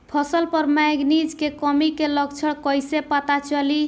फसल पर मैगनीज के कमी के लक्षण कइसे पता चली?